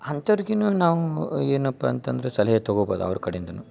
ಅಂಥವ್ರ್ಗಿನು ನಾವು ಏನಪ್ಪ ಅಂತಂದರೆ ಸಲಹೆ ತೊಗೊಬೋದು ಅವ್ರ ಕಡೆಯಿಂದನು